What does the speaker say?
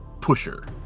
pusher